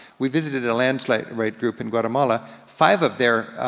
we visited a lands like rights group in guatemala. five of their